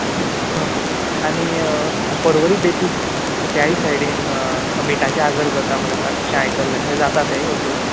okay आनी पर्वरी बेतीं त्याय सायडीन मिठाचे आगर करता म्हणून अशें आयकल्लें थंय जाता तें वचूंक